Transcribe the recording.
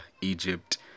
Egypt